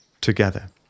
together